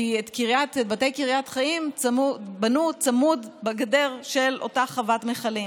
כי את בתי קריית חיים בנו צמוד לגדר של אותה חוות מכלים.